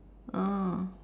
ah